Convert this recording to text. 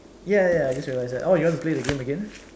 ya ya ya just realised that oh you want to play the game again